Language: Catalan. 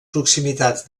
proximitats